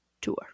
tour